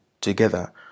together